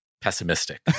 pessimistic